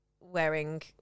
wearing